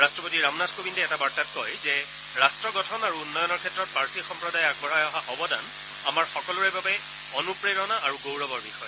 ৰট্টপতি ৰামনাথ কোৱিন্দে এটা বাৰ্তাত কয় যে ৰাট্ট গঠন আৰু উন্নয়নৰ ক্ষেত্ৰত পাৰ্চী সম্প্ৰদায়ে আগবঢ়াই অহা অৱদান আমাৰ সকলোৰে বাবে অনুপ্ৰেৰণা আৰু গৌৰৱৰ বিষয়